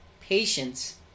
patience